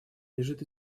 лежит